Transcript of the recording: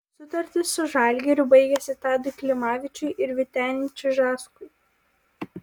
sutartys su žalgiriu baigėsi tadui klimavičiui ir vyteniui čižauskui